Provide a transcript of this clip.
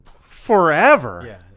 Forever